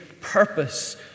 purpose